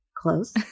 Close